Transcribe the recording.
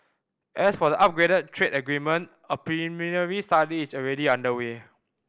as for the upgraded trade agreement a preliminary study is already underway